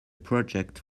project